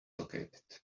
located